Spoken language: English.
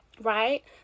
right